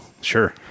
Sure